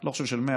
לא חושב של-100%,